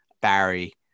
Barry